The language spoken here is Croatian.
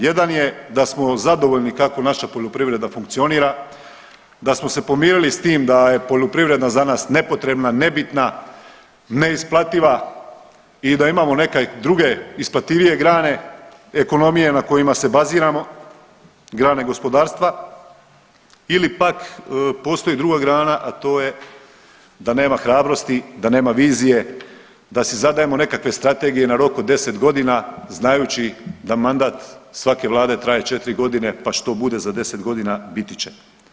Jedan je da smo zadovoljni kako naša poljoprivreda funkcionira, da smo se pomirili sa tim da je poljoprivreda za nas nepotrebna, nebitna, neisplativa i da imamo neke druge isplativije grane ekonomije na kojima se baziramo, grane gospodarstva ili pak postoji druga grana a to je da nema hrabrosti, da nema vizije, da si zadajemo nekakve strategije na rok od 10 godina znajući da mandat svake Vlade traje četiri godine pa što bude za 10 godina biti će.